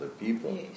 people